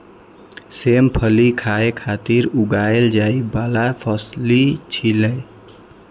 सेम फली खाय खातिर उगाएल जाइ बला फली छियै